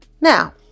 Now